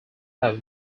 have